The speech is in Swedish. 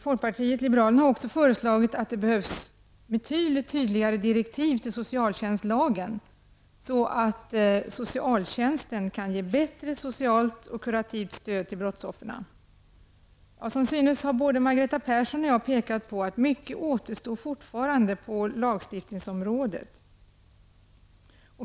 Folkpartiet liberalerna har också föreslagit betydligt tydligare direktiv till socialtjänstlagen, så att socialtjänsten kan ge bättre socialt och kurativt stöd till brottsoffren. Både Margareta Persson och jag har pekat på att mycket återstår att göra på lagstiftningsområdet.